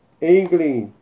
English